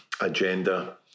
agenda